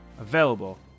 available